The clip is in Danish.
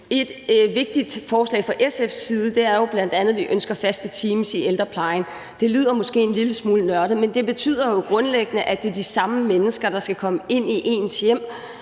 Et vigtigt forslag fra SF's side er jo bl.a. at få faste teams i ældreplejen. Det lyder måske en lille smule nørdet, men det betyder jo grundlæggende, at det er de samme mennesker, der skal komme ind i ens hjem,